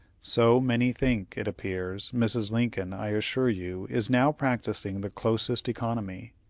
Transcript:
so many think, it appears. mrs. lincoln, i assure you, is now practising the closest economy.